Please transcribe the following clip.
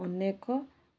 ଅନେକ